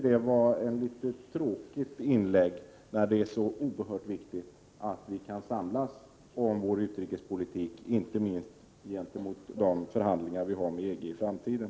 Det var ett trist inlägg, när det är så oerhört väsentligt att vi kan samlas om vår utrikespolitik, inte minst med tanke på de förhandlingar med EG vi kommer att ha i framtiden.